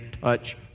touch